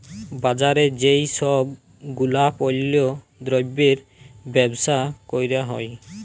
বাজারে যেই সব গুলাপল্য দ্রব্যের বেবসা ক্যরা হ্যয়